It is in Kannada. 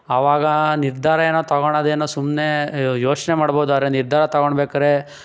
ಆವಾಗ ನಿರ್ಧಾರ ಏನೋ ತಗೊಳೋದೇನೊ ಸುಮ್ಮನೆ ಯೋಚನೆ ಮಾಡ್ಬೋದಾದ್ರೆ ನಿರ್ಧಾರ ತಗೊಳ್ಬೇಕಾರೆ